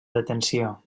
detenció